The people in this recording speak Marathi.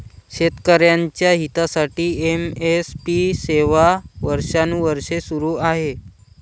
शेतकऱ्यांच्या हितासाठी एम.एस.पी सेवा वर्षानुवर्षे सुरू आहे